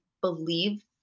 believe